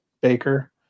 Baker